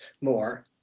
more